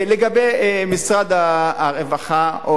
לגבי משרד הרווחה.